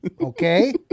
Okay